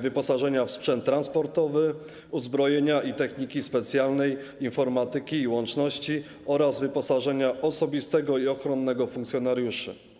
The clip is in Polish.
wyposażenia w sprzęt transportowy, uzbrojenia i techniki specjalnej, informatyki i łączności oraz wyposażenia osobistego i ochronnego funkcjonariuszy.